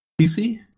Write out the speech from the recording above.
pc